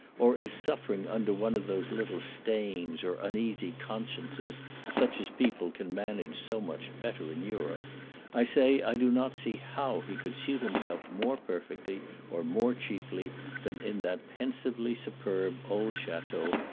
or is suffering under one of those little stains or uneasy consciences such as people can manage so much better in europe i say i do not see how he could suit himself more perfectly or more cheaply than in that pensively superb old chateau,